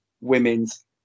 women's